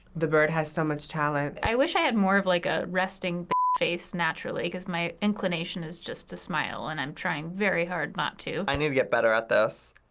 the bird has so much talent. i wish i had more of like a a resting face naturally, cause my inclination is just to smile and i'm trying very hard not to. i need to get better at this.